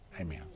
Amen